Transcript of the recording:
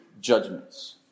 judgments